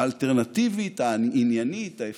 האלטרנטיבית, העניינית, האפקטיבית,